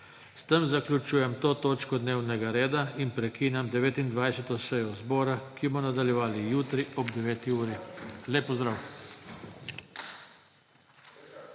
S tem zaključujem to točko dnevnega reda in prekinjam 29. sejo zbora, ki jo bomo nadaljevali jutri ob 9. uri. Lep pozdrav!